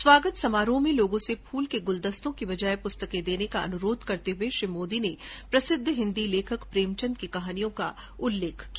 स्वागत समारोहों में लोगों से फूलों के गुलदस्ते के बजाय पुस्तके देने का अनुरोध करते हुए प्रधानमंत्री ने प्रसिद्ध हिन्दी लेखक प्रेमचन्द की कहानियों का उल्लेख किया